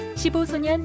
15소년